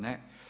Ne.